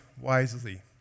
wisely